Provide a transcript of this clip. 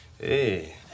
hey